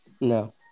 No